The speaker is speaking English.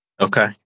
Okay